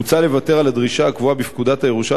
מוצע לוותר על הדרישה הקבועה בפקודת הירושה